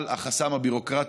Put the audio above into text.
אבל החסם הביורוקרטי,